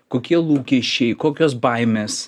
kokie lūkesčiai kokios baimės